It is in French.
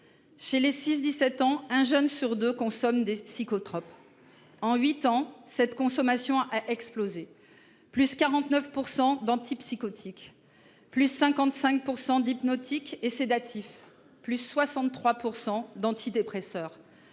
Chez les 6 17 ans, un jeune sur deux consomment des psychotropes. En 8 ans, cette consommation a explosé. Plus 49% d'antipsychotiques, plus 55% d'hypnotiques et sédatifs, plus 63% d'antidépresseurs.